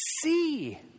see